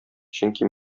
чөнки